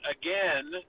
again